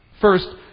First